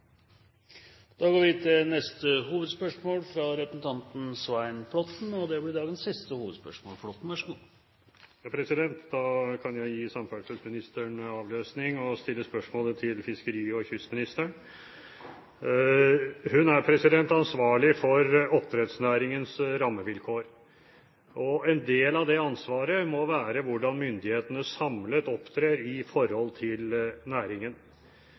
Da går vi til neste og siste hovedspørsmål. Da kan jeg gi samferdselsministeren avløsning og stille et spørsmål til fiskeri- og kystministeren. Hun er ansvarlig for oppdrettsnæringens rammevilkår, og en del av det ansvaret må være hvordan myndighetene samlet opptrer overfor næringen. Derfor er den konflikten som over lang tid har pågått mellom næringen